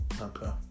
Okay